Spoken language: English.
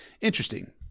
Interesting